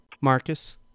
Marcus